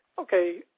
Okay